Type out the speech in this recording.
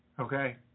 okay